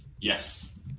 yes